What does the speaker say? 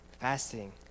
fasting